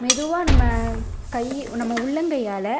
மெதுவாக நம்ம கை நம்ம உள்ளங்கையால்